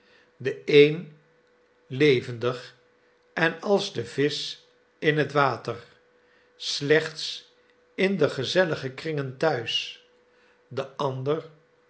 de een levendig en als de visch in het water slechts in de gezellige kringen thuis de ander